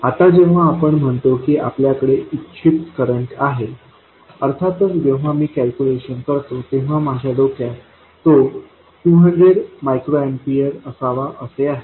आता जेव्हा आपण म्हणतो की आपल्याकडे इच्छित करंट आहे अर्थातच जेव्हा मी कॅल्क्युलेशन करतो तेव्हा माझ्या डोक्यात तो 200 μAअसावा असे आहे